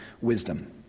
wisdom